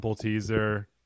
Teaser